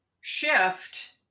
shift